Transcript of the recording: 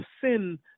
sin